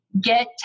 get